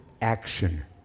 action